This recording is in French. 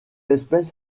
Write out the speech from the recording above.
espèce